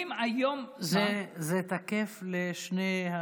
יושבים היום, זה תקף לשני,